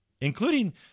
including